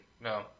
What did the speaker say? no